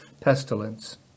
pestilence